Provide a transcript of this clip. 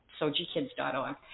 SojiKids.org